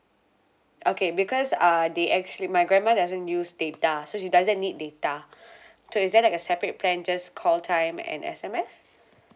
okay because uh they actually my grandma doesn't use data so she doesn't need data so is there like a separate plan just call time and S_M_S